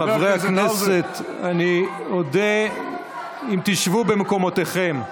חברי הכנסת, אני אודה אם תשבו במקומותיכם.